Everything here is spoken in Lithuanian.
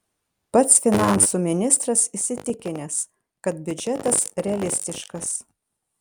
pats finansų ministras įsitikinęs kad biudžetas realistiškas